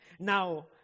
Now